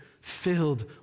filled